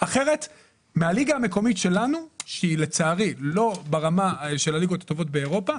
אחרת מהליגה המקומית שלנו שהיא לצערי לא ברמה של הליגות הטובות באירופה,